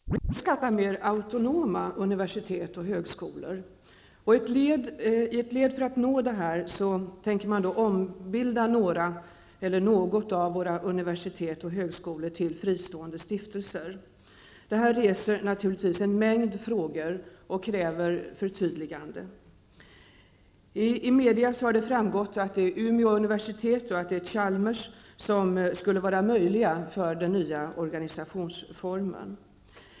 Fru talman! Regeringen vill skapa mer autonoma universitet och högskolor. I ett led för att uppnå detta tänker man ombilda något eller några av våra universitet och högskolor till fristående stiftelser. Detta reser naturligtvis en mängd frågor och kräver förtydliganden. I media har det framkommit att det är Umeå universitet och Chalmers som skulle kunna vara aktuella för den nya organisationsformen.